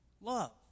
love